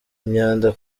imyanda